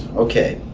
ok.